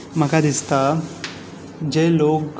म्हाका दिसता जे लोक